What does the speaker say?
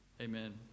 Amen